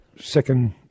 Second